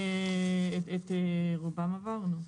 את רובן עברנו.